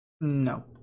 No